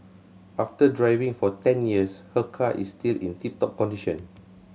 after driving for ten years her car is still in tip top condition